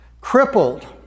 crippled